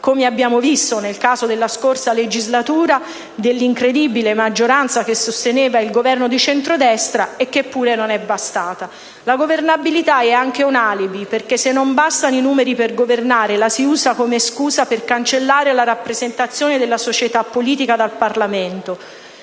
come abbiamo visto nella passata legislatura dove l'incredibile maggioranza che sosteneva il Governo di centrodestra non è bastata. La governabilità è anche un alibi perché, se non bastano i numeri per governare, la si usa come scusa per cancellare la rappresentazione della società politica dal Parlamento.